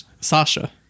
Sasha